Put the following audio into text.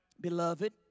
Beloved